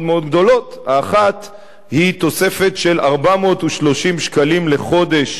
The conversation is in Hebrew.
מאוד גדולות: האחת היא תוספת של 430 שקלים לחודש